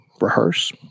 rehearse